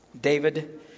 David